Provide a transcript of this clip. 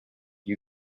you